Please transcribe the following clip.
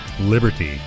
liberty